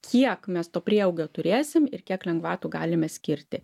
kiek mes to prieaugio turėsim ir kiek lengvatų galime skirti